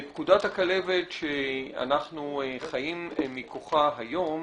פקודת הכלבת, שאנחנו חיים מכוחה היום